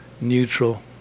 neutral